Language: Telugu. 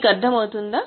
మీకు అర్థమవుతుందా